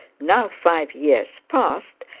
now five years past,